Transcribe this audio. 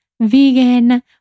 vegan